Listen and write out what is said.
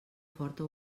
forta